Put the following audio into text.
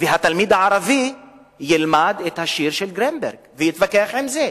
והתלמיד הערבי ילמד את השיר של גרינברג ויתווכח עם זה?